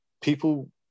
people